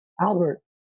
Albert